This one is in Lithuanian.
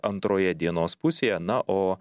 antroje dienos pusėje na o